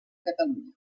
catalunya